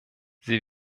sie